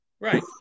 Right